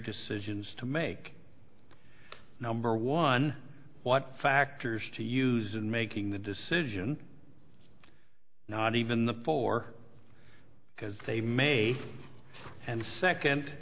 decisions to make number one what factors to use in making the decision not even the four because they may and second